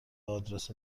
آدرس